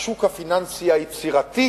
השוק הפיננסי היצירתי,